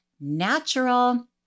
natural